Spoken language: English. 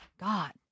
God